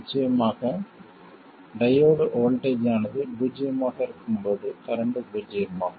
நிச்சயமாக diode voltage ஆனது பூஜ்ஜியமாக இருக்கும்போது கரண்ட் பூஜ்ஜியமாகும்